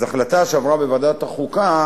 אז החלטה שעברה בוועדת החוקה,